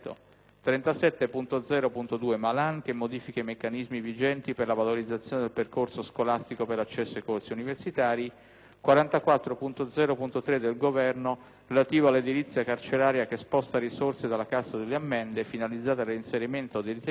44.0.3 del Governo, relativo all'edilizia carceraria, che sposta risorse dalla Cassa delle ammende, finalizzata al reinserimento dei detenuti, per contribuire al pur giusto obiettivo di realizzare nuove carceri. Infinedevo dire che, superato